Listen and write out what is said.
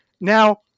Now